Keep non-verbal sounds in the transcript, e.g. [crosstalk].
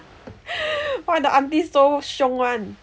[laughs] why the auntie so 凶 one